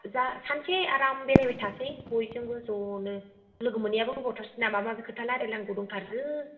दा सानसे आराम बेरायबाय थानोसै बयजोंबो ज'नो लोगो मोनैयाबो गोबावथारसै ना माबा माबि खोथा रायलायनांगौ दंथारो